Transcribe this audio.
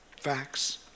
facts